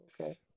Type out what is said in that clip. okay